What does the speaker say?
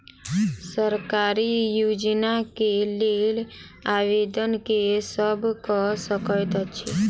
सरकारी योजना केँ लेल आवेदन केँ सब कऽ सकैत अछि?